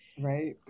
Right